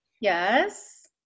Yes